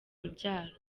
urubyaro